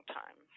time